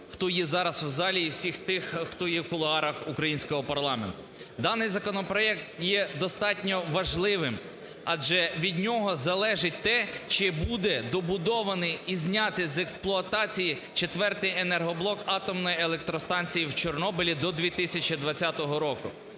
хто є зараз в залі, і всіх тих, хто є в кулуарах українського парламенту. Даний законопроект є достатньо важливим, адже від нього залежить те, чи буде добудований і знятий з експлуатації четвертий енергоблок атомної електростанції в Чорнобилі до 2020 року.